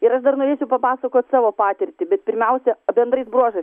ir aš dar norėčiau papasakot savo patirtį bet pirmiausia bendrais bruožais